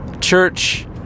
church